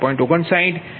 59